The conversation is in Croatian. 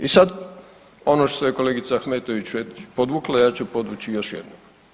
I sad ono što je kolegica Ahmetović podvukla, ja ću podvući još jednom.